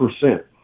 percent